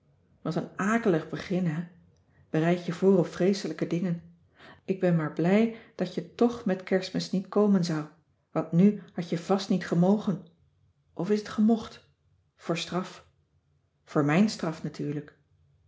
wat n akelig begin hè bereid je voor op vreeselijke dingen ik ben maar blij dat je toch met kerstmis niet komen zou want nu had je vast niet gemogen of is het gemocht voor straf voor mijn straf natuurlijk